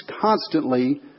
constantly